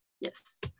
yes